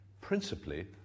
principally